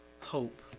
hope